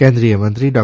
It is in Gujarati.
કેન્દ્રીય મંત્રી ડો